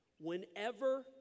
Whenever